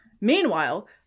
Meanwhile